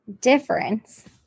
difference